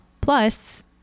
Plus